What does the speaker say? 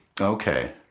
Okay